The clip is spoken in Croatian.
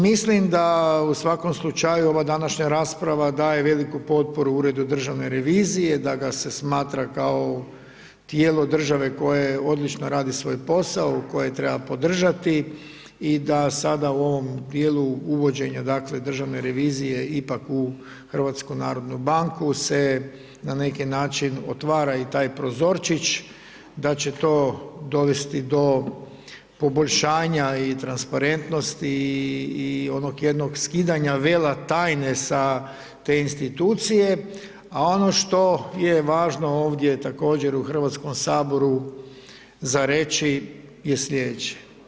Mislim da u svako slučaju ova današnja rasprava daje veliku potporu Uredu državne revizije, da ga se smatra kao tijelo države koje odlično radi svoj posao, koje treba podržati i da sada u ovom dijelu uvođenja državne revizije ipak u HNB se na neki način otvara i taj prozorčić, da će to dovesti do poboljšanja i transparentnosti i onog jednog skidanja vela tajne sa te institucije, a ono što je važno ovdje također u HS za reći je sljedeće.